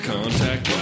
Contact